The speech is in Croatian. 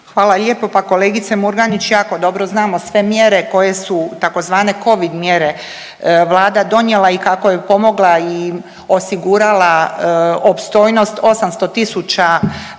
Hvala lijepo. Pa kolegice Murganić, jako dobro znamo sve mjere koje su tzv. Covid mjere Vlada donijela i kako je pomogla i osigurala opstojnost 800